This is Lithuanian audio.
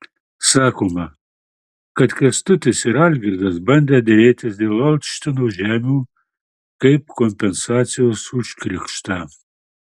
sakoma kad kęstutis ir algirdas bandę derėtis dėl olštino žemių kaip kompensacijos už krikštą